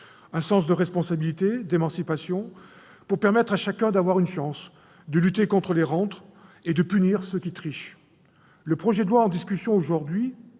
de la responsabilité et de l'émancipation, pour permettre à chacun d'avoir une chance de lutter contre les rentes et de punir ceux qui trichent. Le projet de loi dont nous discutons aujourd'hui